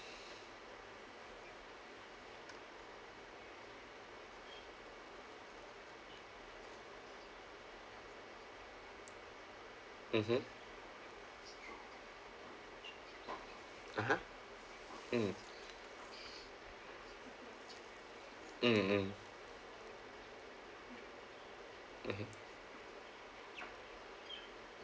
mmhmm (uh huh) mm mm mm mmhmm